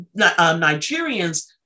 Nigerians